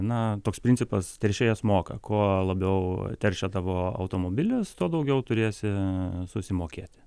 na toks principas teršėjas moka kuo labiau teršia tavo automobilis tuo daugiau turėsi susimokėti